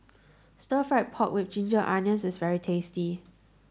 stir fry pork with ginger onions is very tasty